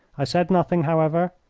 i said nothing, however,